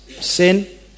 sin